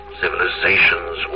civilizations